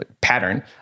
pattern